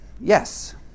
Yes